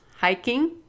Hiking